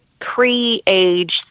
pre-age